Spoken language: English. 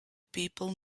people